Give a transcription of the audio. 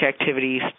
activities